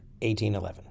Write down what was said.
1811